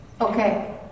Okay